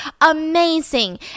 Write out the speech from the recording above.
amazing